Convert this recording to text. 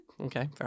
Okay